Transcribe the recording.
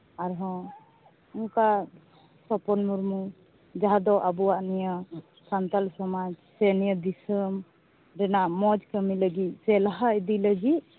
ᱟᱨᱦᱚᱸ ᱚᱱᱠᱟ ᱥᱚᱯᱚᱱ ᱢᱩᱨᱢᱩ ᱡᱟᱦᱟᱸ ᱫᱚ ᱟᱵᱚᱣᱟᱜ ᱱᱤᱭᱟᱹ ᱥᱟᱱᱛᱟᱲ ᱥᱚᱢᱟᱡᱽ ᱥᱮ ᱱᱤᱭᱟᱹ ᱫᱤᱥᱚᱢ ᱨᱮᱱᱟᱜ ᱢᱚᱡᱽ ᱠᱟᱹᱢᱤ ᱞᱟᱹᱜᱤᱫ ᱥᱮ ᱞᱟᱦᱟ ᱤᱫᱤ ᱞᱟᱹᱜᱤᱫ